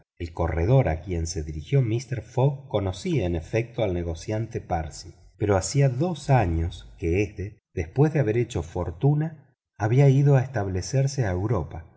el corredor a quien se dirigió mister fogg conocía en efecto al negociante parsi pero hacía dos años que éste después de haber hecho fortuna había ido a establecerse a europa